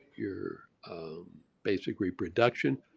your basic reproduction.